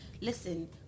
listen